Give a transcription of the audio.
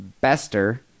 Bester